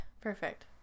perfect